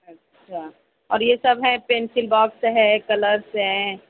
اچھا اور یہ سب ہیں پینسل باکس ہے کلرس ہیں